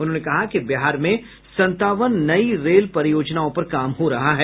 उन्होंने कहा कि बिहार में संतावन नयी रेल परियोजनाओं पर काम हो रहा है